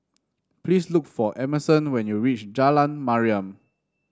please look for Emerson when you reach Jalan Mariam